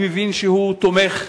אני מבין שהוא תומך.